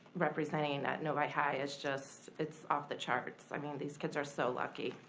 representing at novi high is just, it's off the charts. i mean these kids are so lucky.